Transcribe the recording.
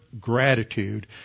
Gratitude